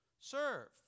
Serve